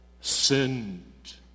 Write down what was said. sinned